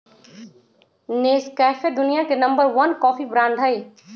Nescafe दुनिया के number one coffee brand हई